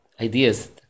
ideas